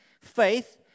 Faith